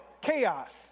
chaos